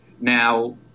now